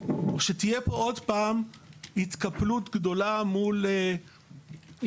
או שתהיה פה עוד פעם התקפלות גדולה מול יועמ"שים,